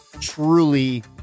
truly